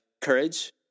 courage